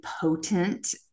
potent